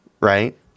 right